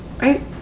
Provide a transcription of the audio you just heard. Right